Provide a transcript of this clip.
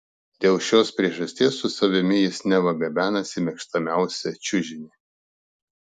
dėl šios priežasties su savimi jis neva gabenasi mėgstamiausią čiužinį